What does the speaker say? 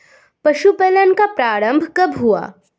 पशुपालन का प्रारंभ कब हुआ?